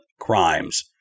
crimes